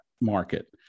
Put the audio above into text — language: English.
market